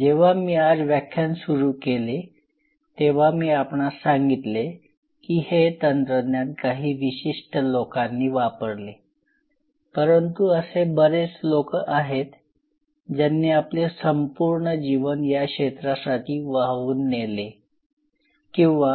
जेव्हा मी आज व्याख्यान सुरू केले तेव्हा मी आपणास सांगितले की हे तंत्रज्ञान काही विशिष्ट लोकांनी वापरले परंतु असे बरेच लोक आहेत ज्यांनी आपले संपूर्ण जीवन या क्षेत्रासाठी वाहवून नेले किंवा